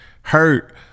hurt